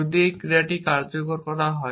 যদি এই ক্রিয়াটি কার্যকর করা হয়